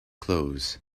clothes